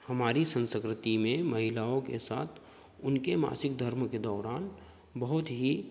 हमारी संस्कृति में महिलाओं के साथ उनके मासिक धर्म के दौरान बहुत ही